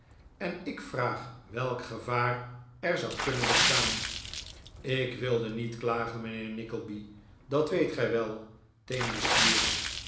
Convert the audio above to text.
en ik vraag welk gevaar er zou kunnen bestaan ik wilde niet klagen mijnheer nickleby dat weet gij wel teemde